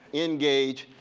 engage.